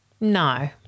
No